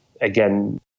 again